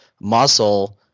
muscle